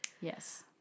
Yes